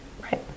Right